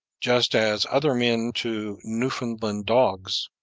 just as other men to newfoundland dogs.